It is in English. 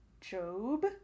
job